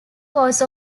cause